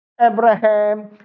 Abraham